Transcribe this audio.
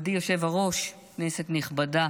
אני חושב שהייתה החלטה של בית המשפט להוציא צו הגבלה.